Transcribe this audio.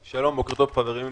שלום, בוקר טוב חברים.